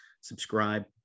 subscribe